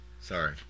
Sorry